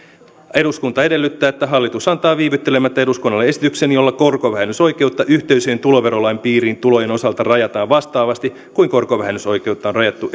eduskunta edellyttää että hallitus antaa viivyttelemättä eduskunnalle esityksen jolla korkovähennysoikeutta yhteisöjen tuloverolain piiriin tulojen osalta rajataan vastaavasti kuin korkovähennysoikeutta on rajattu